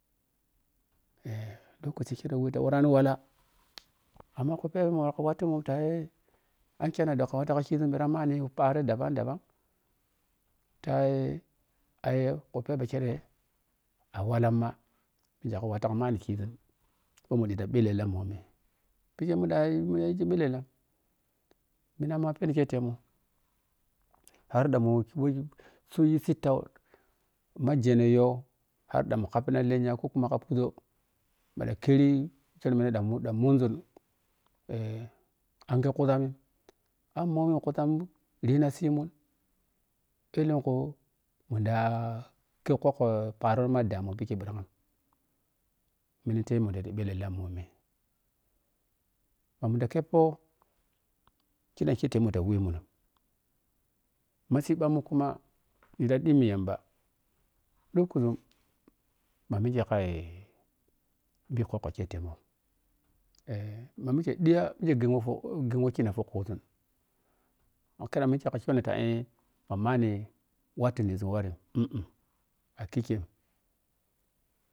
Eh lokoci kire weta warani wala ammaku phebemun ka watun ka ai an kyannan ɗo watu ka kizun bhirang manni dabandaba tai ai ku phebe kirei a wallam ma mike ka watun kizun we mu ɗi ta bhellala phike munda yi gni bheltela millama peɗi ketemun hard amu ksii yi sittau ma jene yow har ɗam mu khappiri lenya ko kuna ka puzo mira kheri wekireine ɗan ɗan munzun eh anghe kuzanmin amma mommi kuzam rina siimun elenku munda kep khokko paaro ni ma daamun phike pirang minite mu ti ta phellela mommi ma muda keppoh ke dan ke temu ta we mun ma siiba mun kuma ni dhita ɗhimni yamba ɗhukkuzum mamika kai bi leghenggheg wkina fokuzunig kara mike fa khuni mike fa. ma manni watun ti lizu wari um a kem.